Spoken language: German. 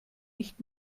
nicht